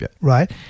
right